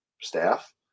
staff